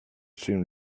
seemed